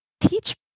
teach